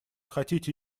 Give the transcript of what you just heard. хотите